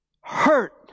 hurt